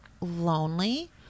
lonely